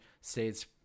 States